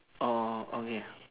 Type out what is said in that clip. orh okay